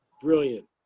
brilliant